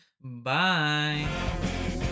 Bye